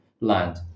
land